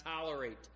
tolerate